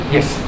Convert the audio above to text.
Yes